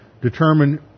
determine